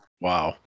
wow